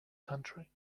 country